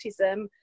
autism